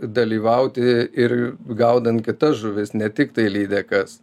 dalyvauti ir gaudant kitas žuvis ne tiktai lydekas